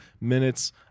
minutes